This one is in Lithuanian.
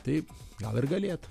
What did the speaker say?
taip gal ir galėtų